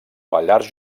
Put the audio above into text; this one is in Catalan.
pallars